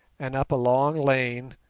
and up a long lane,